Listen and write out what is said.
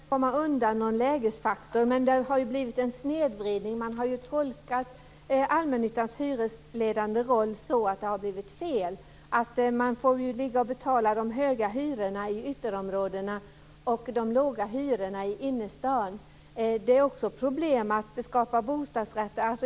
Fru talman! Det är ingen som ska komma undan någon lägesfaktor. Men det har blivit en snedvridning. Man har tolkat allmännyttans hyresledande roll så att det har blivit fel. Man får ju betala de höga hyrorna i ytterområdena och de låga hyrorna i innerstaden. Det är också problem att skapa bostadsrätter.